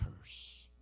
curse